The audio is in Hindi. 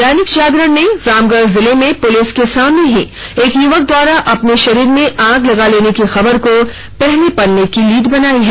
दैनिक जागरण ने रामगढ़ जिले में पुलिस के सामने ही एक युवक द्वारा अपने शरीर में आग लगाने लेने की खबर को पहले पन्ने की लीड बनाई है